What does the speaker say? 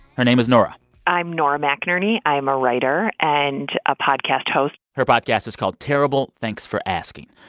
her name is nora i'm nora mcinerny. i am a writer and a podcast host her podcast is called terrible, thanks for asking.